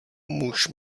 muž